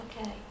Okay